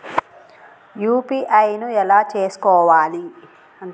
UPI ను ఎలా చేస్కోవాలి?